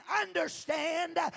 understand